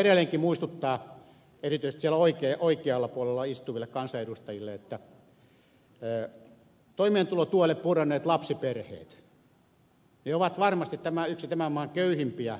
minä haluan edelleenkin muistuttaa erityisesti siellä oikealla puolella istuville kansanedustajille että toimeentulotuelle pudonneet lapsiperheet ovat varmasti yksi tämän maan köyhimmistä